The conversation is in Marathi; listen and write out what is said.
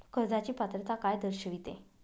कर्जाची पात्रता काय दर्शविते?